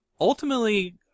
ultimately